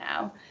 now